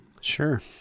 Sure